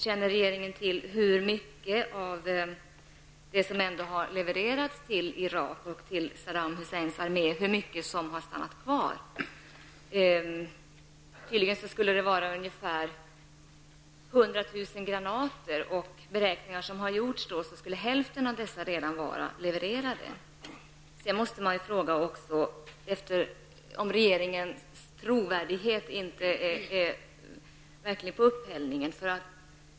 Känner regeringen till hur mycket av det som har levererats till Irak och Saddam Husseins armé som har stannat kvar? Tydligen skulle det röra sig om ungefär 100 000 granater. Enligt beräkningar skulle hälften av dessa redan ha levererats. Man måste fråga sig om inte regeringens trovärdighet är på upphällningen.